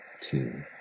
two